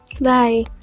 Bye